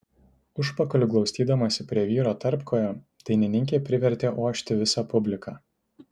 užpakaliu glaustydamasi prie vyro tarpkojo dainininkė privertė ošti visą publiką